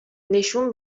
نشون